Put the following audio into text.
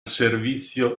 servizio